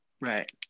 right